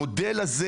המודל הזה,